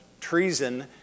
treason